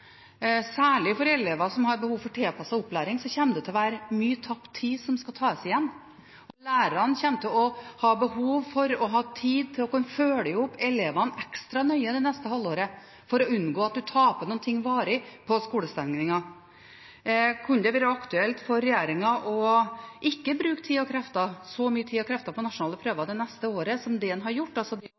særlig for elever som har behov for tilpasset opplæring, kommer det til å være mye tapt tid som skal tas igjen. Lærerne kommer til å ha behov for å ha tid til å kunne følge opp elevene ekstra nøye det neste halvåret for å unngå at de taper noe varig på skolestengningen. Kunne det være aktuelt for regjeringen å ikke bruke så mye tid og krefter på nasjonale prøver det neste året som det en har gjort, altså